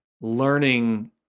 learning